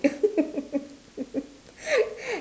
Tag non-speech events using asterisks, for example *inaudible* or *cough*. *laughs*